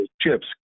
chips